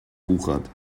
wuchert